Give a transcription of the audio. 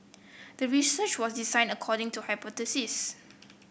the research was designed according to hypothesis